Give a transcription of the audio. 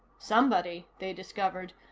somebody, they discovered,